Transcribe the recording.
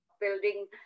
building